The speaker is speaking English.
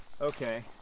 Okay